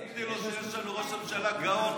תגידי לו שיש לנו ראש ממשלה גאון,